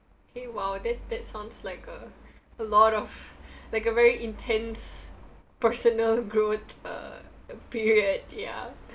okay !wow! that that sounds like a a lot of like a very intense personal growth uh period ya